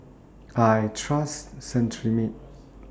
I Trust Cetrimide